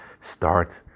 start